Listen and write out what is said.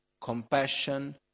compassion